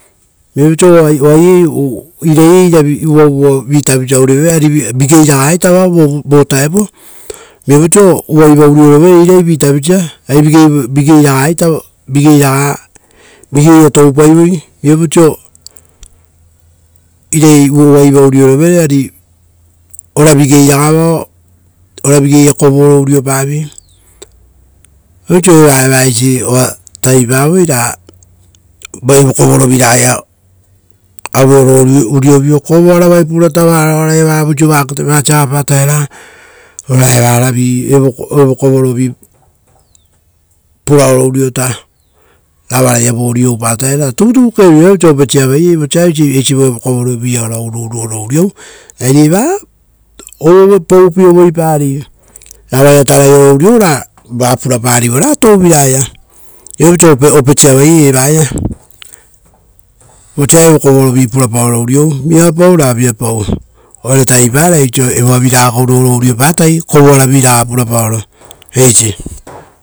Viapau oiso oai oai ei- irai ei ira uva vuva vitavi tavisa urio rovere ari vigei raga ita vao vo vutao. Viapau oiso irai uvaiva urio rovere arai vi tavisa vigei a- vigei ia toupaivoi, viapau oiso, oiso irai uvaiva urio rovere ari ora vigei ragaa vao, oravigei ia kovooro urio paviei. Oiso vaa eva eisi oa tavipavoi ra evo kovoro viragai ia aue oro uriovio, kovo ara vai porata varao vavoiso maket uupasa avapataera, ora evaravi evo kovorovi puraoro uriota, ravara ia vori oupataera tuvutuvuke vira, viapau oiso opesi avaiei vosa eisi evo kovoro via ora ururu oro uriou, ari evara, evaa poupie ovoi parii, ravaia tarai uriou ra va puraparivora touvira aia. Viapau oiso opeisiavai ei evaia, vosa evo kovorovi purapaoro uriou. Viapau ra viapau, oaia taviparai oiso, evoa viraga guru oro urio patai kovo aravi raga purapaoro. Eisi.